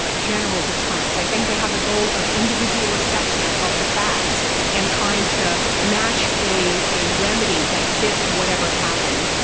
ah general deterrents. i think they have the goal of individual assessment of the facts and trying to match a a remedy that fits whatever happened.